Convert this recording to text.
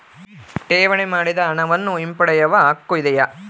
ಠೇವಣಿ ಮಾಡಿದ ಹಣವನ್ನು ಹಿಂಪಡೆಯವ ಹಕ್ಕು ಇದೆಯಾ?